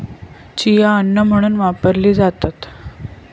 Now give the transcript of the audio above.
chia अन्न म्हणून वापरली जाता